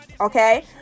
Okay